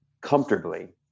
comfortably